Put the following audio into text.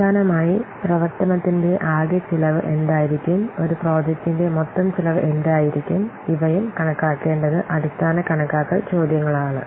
അവസാനമായി പ്രവർത്തനത്തിന്റെ ആകെ ചെലവ് എന്തായിരിക്കും ഒരു പ്രോജക്റ്റിന്റെ മൊത്തം ചെലവ് എത്രയായിരിക്കും ഇവയും കണക്കാക്കേണ്ടത് അടിസ്ഥാന കണക്കാക്കൽ ചോദ്യങ്ങളാണ്